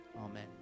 Amen